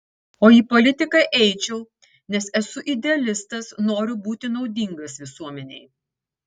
o į politiką eičiau nes esu idealistas noriu būti naudingas visuomenei